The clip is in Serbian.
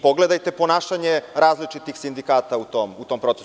Pogledajte ponašanje različitih sindikata u tom procesu.